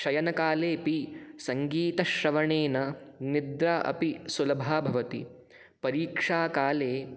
शयनकालेऽपि सङ्गीतश्रवणेन निद्रा अपि सुलभा भवति परीक्षाकाले